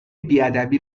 بیادبی